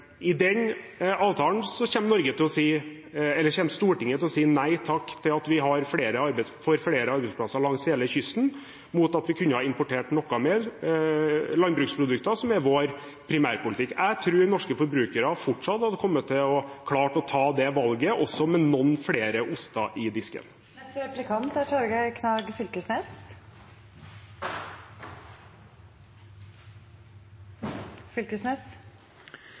I den avtalen kommer Stortinget til å si nei takk til å få flere arbeidsplasser langs hele kysten mot at vi kunne ha importert noen flere landbruksprodukter, som er vår primærpolitikk. Jeg tror norske forbrukere fortsatt hadde kommet til å klare å ta det valget, også med noen flere oster i disken. Bondeopprøret er